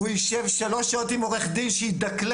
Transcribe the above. והוא יישב שלוש שעות עם עורך דין שידקלם,